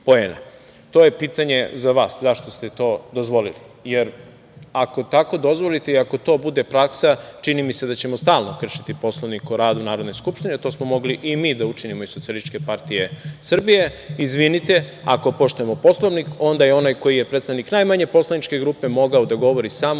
To je pitanje za vas zašto ste to dozvolili, jer ako tako dozvolite i ako to bude praksa, čini mi se da ćemo stalno kršiti Poslovnik o radu Narodne Skupštine, a to smo mogli i mi da učinimo iz SPS. Izvinite, ako poštujemo Poslovnik, onda je onaj koji je predsednik najmanje poslaničke grupe mogao da govori samo